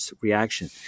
reaction